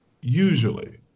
usually